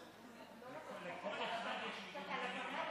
אני לא יודע, נוכל להמשיך אותו בכנסת הבאה.